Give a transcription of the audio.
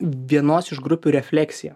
vienos iš grupių refleksija